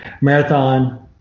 marathon